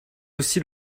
aussi